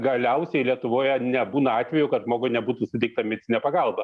galiausiai lietuvoje nebūna atvejų kad žmogui nebūtų suteikta medicininė pagalba